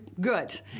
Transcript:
good